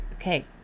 okay